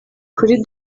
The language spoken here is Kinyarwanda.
kuri